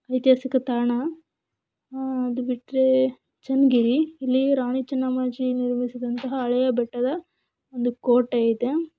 ಐತಿಹಾಸಿಕ ತಾಣ ಅದು ಬಿಟ್ಟರೆ ಚೆನ್ನಗಿರಿ ಇಲ್ಲಿ ರಾಣಿ ಚೆನ್ನಮ್ಮಾಜಿ ನಿರ್ಮಿಸಿದಂತಹ ಹಳೆಯ ಬೆಟ್ಟದ ಒಂದು ಕೋಟೆ ಇದೆ